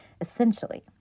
Essentially